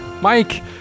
Mike